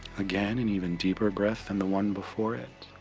again and even deeper breath than the one before it.